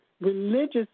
religious